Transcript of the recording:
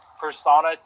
persona